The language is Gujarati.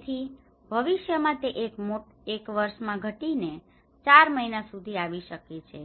તેથી ભવિષ્ય માં તે એક વર્ષ માં ઘટી ને 4 મહિના સુધી આવી શકે છે